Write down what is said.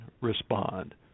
respond